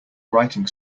writing